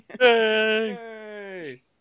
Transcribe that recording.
Yay